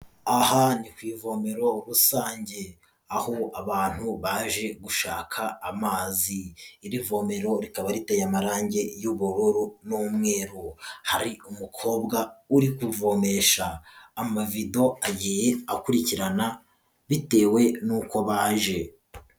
Aha ni ku ivomero rusange, aho abantu baje gushaka amazi, iri vomero rikaba riteye amarangi y'ububururu n'umweru, hari umukobwa uri kuvomesha, amavido agiye akurikirana bitewe n'uko baje.